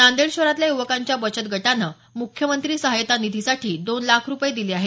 नादेड शहरातल्या युवकांच्या बचत गटानं मुख्यमंत्री सहाय्यता निधीसाठी दोन लाख रूपये दिले आहेत